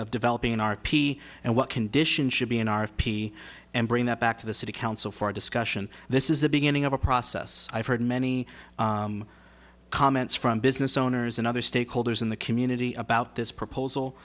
of developing an r p and what conditions should be an r f p and bring that back to the city council for discussion this is the beginning of a process i've heard many comments from business owners and other stakeholders in the community about this proposal